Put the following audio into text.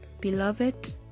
Beloved